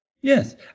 Yes